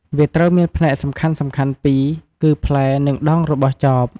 វាត្រូវមានផ្នែកសំខាន់ៗពីរគឺ ផ្លែនិងដងរបស់ចប។